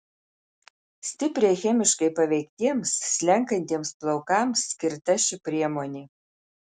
stipriai chemiškai paveiktiems slenkantiems plaukams skirta ši priemonė